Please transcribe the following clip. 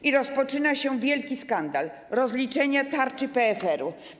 I rozpoczyna się wielki skandal - rozliczenie tarczy PFR-u.